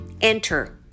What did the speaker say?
enter